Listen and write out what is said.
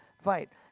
fight